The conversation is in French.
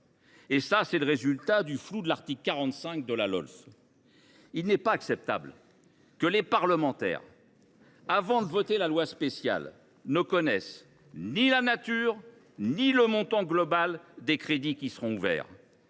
Voilà le résultat du flou de l’article 45 de la Lolf ! Il n’est pas acceptable que les parlementaires, avant de voter la loi spéciale, ne connaissent ni la nature ni le montant global des crédits qui seront ouverts.